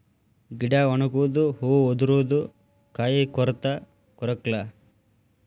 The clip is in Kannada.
ಗಿಡಾ ಒಣಗುದು ಹೂ ಉದರುದು ಕಾಯಿ ಕೊರತಾ ಕೊರಕ್ಲಾ